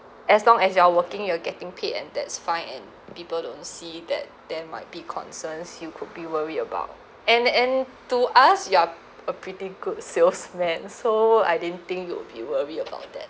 as long as you're working you're getting paid and that's fine and people don't see that there might be concerns you could be worried about and and to us you're a pretty good salesman so I didn't think you'd be worry about that